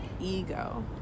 ego